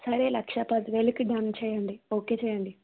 సరే లక్ష పదివేలుకి డన్ చేయండి ఓకే చేయండి